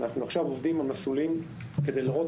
אנחנו עובדים עכשיו על מסלולים כדי לראות